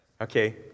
Okay